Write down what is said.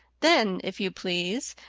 then, if you please,